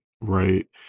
right